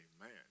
Amen